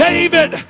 David